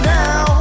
now